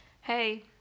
Hey